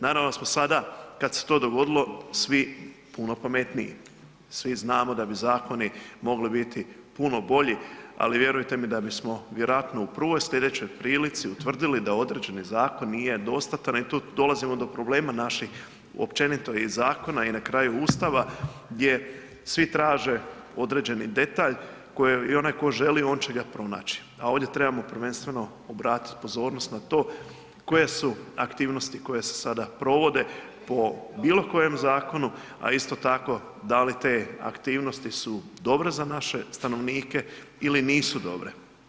Naravno da smo sada kad se to dogodilo, svi puno pametniji, svi znamo da bi zakoni mogli biti puno bolji, ali vjerujte mi da bismo vjerojatno u prvoj slijedećoj prilici utvrdili da određeni zakon nije dostatan i tu dolazimo do problema naših općenito i zakona i na kraju Ustava gdje svi traže određeni detalj kojeg i onaj ko želi on će ga pronaći, a ovdje trebamo prvenstveno obratiti pozornost na to koje su aktivnosti koje se sada provode po bilo kojem zakonu, a isto tako da li te aktivnosti su dobre za naše stanovnike ili nisu dobre.